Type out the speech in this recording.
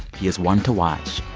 he is one to watch.